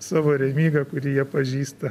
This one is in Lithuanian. savo remygą kurį jie pažįsta